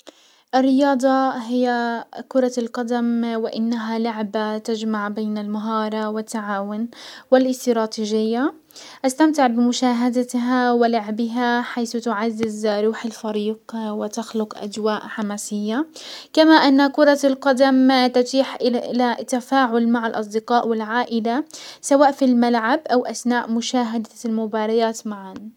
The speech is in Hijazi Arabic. الرياضة هي كرة القدم وانها لعبة تجمع بين المهارة والتعاون والاستراتيجية. استمتع بمشاهدتها ولعبها حيث تعزز روح الفريق وتخلق اجواء حماسية، كما كرة القدم تتيح الى الى تفاعل مع الاصدقاء والعائلة سواء في الملعب او اسناء مشاهدة المباريات معا.